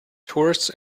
tourists